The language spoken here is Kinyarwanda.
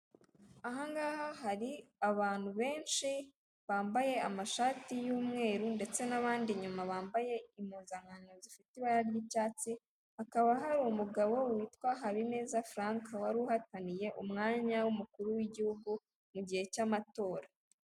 Aha ngaha hari abantu benshi bambaye amashati y'umweru ndetse n'abandi inyuma bambaye impuzankano zifite ibara ry'ibyatsi, hakaba hari umugabo witwa Habineza Frank wari uhataniye umwanya w'umukuru w'igihugu mu gihe cy'amatora.